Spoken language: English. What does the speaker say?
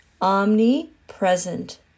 omnipresent